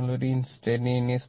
നിങ്ങൾ ഒരു ഇൻസ്റ്റന്റന്റ്സ്